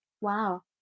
Wow